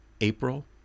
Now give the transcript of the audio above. April